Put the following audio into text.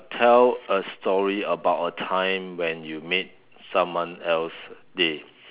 tell a story about a time when you made someone else day